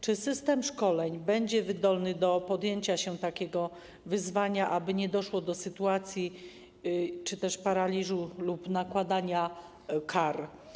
Czy system szkoleń będzie wydolny do podjęcia się takiego wyzwania, aby nie doszło do sytuacji oznaczającej paraliż lub nakładanie kar?